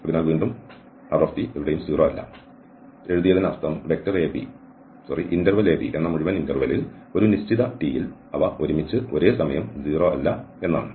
അതിനാൽ വീണ്ടും എവിടെയും 0 അല്ല എഴുതിയതിന് അർത്ഥം a b എന്ന മുഴുവൻ ഇന്റെർവെലിൽ ഒരു നിശ്ചിത t യിൽ അവ ഒരുമിച്ചു ഒരേസമയം 0 അല്ല എന്നാണ്